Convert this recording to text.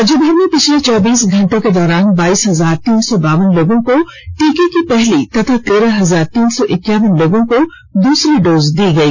राज्यभर में पिछले चौबीस घंटे के दौरान बाईस हजार तीन सौ बावन लोगों को टीका की पहली तथा तेरह हजार तीन सौ इक्यावन लोगों को दूसरी डोज दी गई